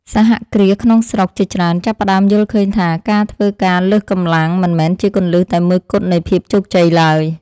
សហគ្រាសក្នុងស្រុកជាច្រើនចាប់ផ្តើមយល់ឃើញថាការធ្វើការលើសកម្លាំងមិនមែនជាគន្លឹះតែមួយគត់នៃភាពជោគជ័យឡើយ។